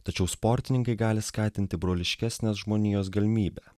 tačiau sportininkai gali skatinti broliškesnės žmonijos galimybę